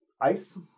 ice